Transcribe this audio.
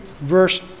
verse